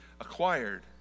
acquired